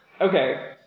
Okay